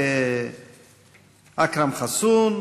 אכרם חסון,